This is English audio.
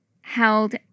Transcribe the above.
held